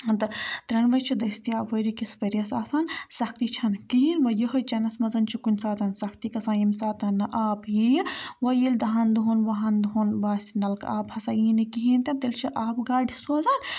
تہٕ ترٛٮ۪نوَے چھِ دٔستِیاب ؤری کِس ؤریَس آسان سختی چھَنہٕ کِہیٖنۍ وۄنۍ یِہوٚے چٮ۪نَس منٛز چھِ کُنہِ ساتہٕ سَختی گَژھان ییٚمہِ ساتہٕ نہٕ آب یِیہِ وۄنۍ ییٚلہِ دَہَن دۄہَن وُہَن دۄہَن باسہِ نَلکہٕ آب ہَسا یی نہٕ کِہیٖنۍ تہِ تیٚلہِ چھِ آبہٕ گاڑِ سوزان